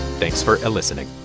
thanks for listening